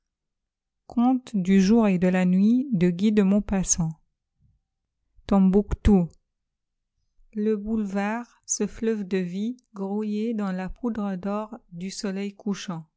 le boulevard ce fleuve de vie grouillait dans la poudre d'or du soleil couchant